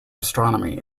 astronomy